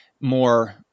more